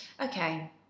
Okay